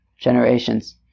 Generations